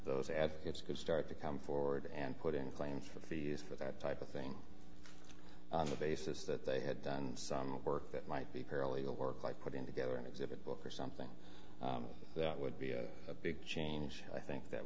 those at it's a good start to come forward and put in claims for years for that type of thing on the basis that they had done some work that might be paralegal work like putting together an exhibit book or something that would be a big change i think that